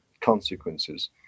consequences